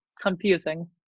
confusing